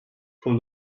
from